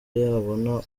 yabona